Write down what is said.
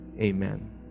amen